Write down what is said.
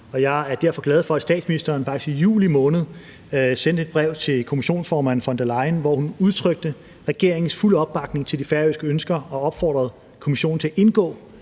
Jeg er derfor glad for, at statsministeren faktisk i juli måned sendte et brev til kommissionsformand von der Leyen, hvor hun udtrykte regeringens fulde opbakning til de færøske ønsker og opfordrede Kommissionen til at indgå